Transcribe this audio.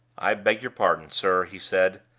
i beg your pardon, sir, he said.